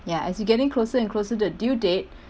ya as you're getting closer and closer to due date